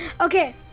Okay